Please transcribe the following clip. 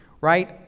right